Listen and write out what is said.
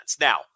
Now